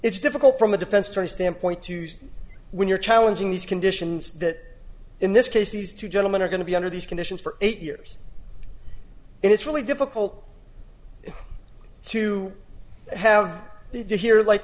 it's difficult from a defense attorney standpoint to use when you're challenging these conditions that in this case these two gentlemen are going to be under these conditions for eight years and it's really difficult to have it here like